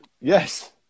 yes